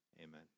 Amen